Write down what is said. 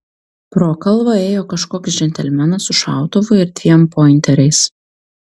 pro kalvą ėjo kažkoks džentelmenas su šautuvu ir dviem pointeriais